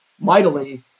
mightily